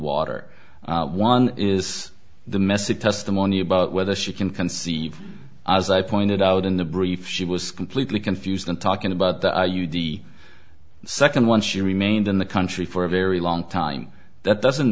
water one is the message testimony about whether she can conceive as i pointed out in the brief she was completely confused when talking about the i used the second one she remained in the country for a very long time that doesn't